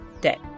day